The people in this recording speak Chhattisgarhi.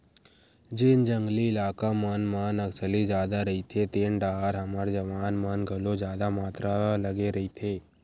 जेन जंगली इलाका मन म नक्सली जादा रहिथे तेन डाहर हमर जवान मन घलो जादा मातरा लगे रहिथे